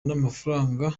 n’amafaranga